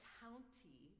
county